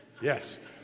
Yes